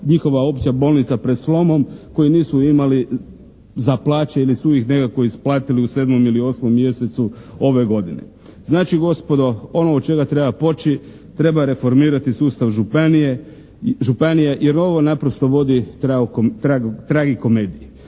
njihova opća bolnica pred slomom, koji nisu imali za plaće ili su ih nekako isplatili u 7. ili 8. mjesecu ove godine. Znači gospodo, ono od čega treba poći, treba reformirati sustav županija, jer ovo naprosto vodi tragikomediji.